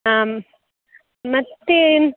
ಹಾಂ ಮತ್ತೆ